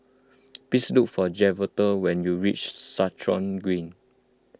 please look for Javonte when you reach Stratton Green